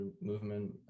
Movement